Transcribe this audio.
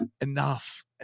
enough